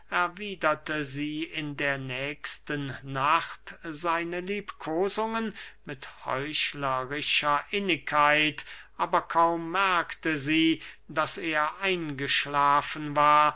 sie in der nächsten nacht seine liebkosungen mit heuchlerischer innigkeit aber kaum merkte sie daß er eingeschlafen war